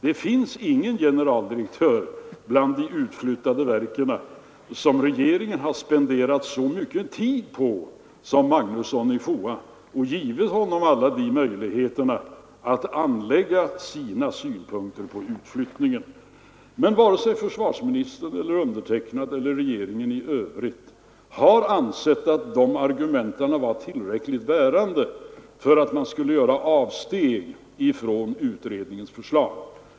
Det finns ingen generaldirektör i de utflyttade verken som regeringen har spenderat så mycket tid på som herr Magnusson i FOA, när man har givit honom alla möjligheter att anlägga sina synpunkter på utflyttningen. Men varken försvarsministern eller jag själv eller regeringen i övrigt har ansett att de argumenten var tillräckligt bärande för att man skulle göra avsteg från utredningens förslag.